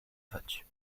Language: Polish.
wać